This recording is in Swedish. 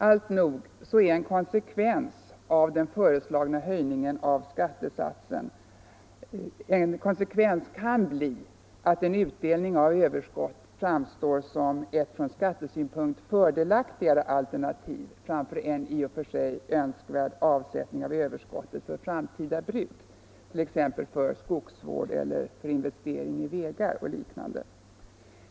Alltnog så kan en konsekvens av den föreslagna höjningen av skattesatsen bli att en utdelning av överskott framstår som ett från skattesynpunkt fördelaktigare alternativ framför en i och för sig önskvärd avsättning av överskottet för framtida bruk, t.ex. för skogsvård eller investering i vägar.